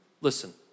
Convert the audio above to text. Listen